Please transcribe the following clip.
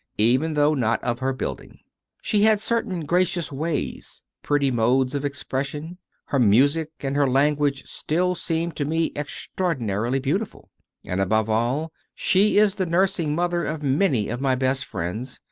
even though not of her building she had certain gracious ways, pretty modes of expression her music and her language still seem to me extraordinarily beautiful and above all, she is the nursing mother of many of my best friends,